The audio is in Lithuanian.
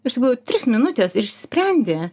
iš tikrųjų trys minutės ir išsisprendė